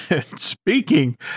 Speaking